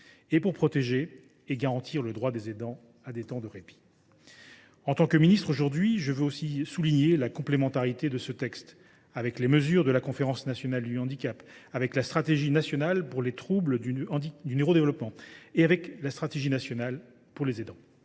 pour protéger et garantir le droit des aidants à des temps de répit. En tant que ministre aujourd’hui, je veux aussi souligner la complémentarité de ce texte avec les mesures de la Conférence nationale du handicap, avec la stratégie nationale pour les troubles du neurodéveloppement et avec la stratégie nationale pour les aidants.